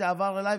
זה עבר אליי,